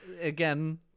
again